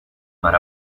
mar